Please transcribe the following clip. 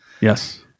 Yes